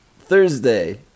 Thursday